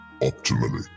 optimally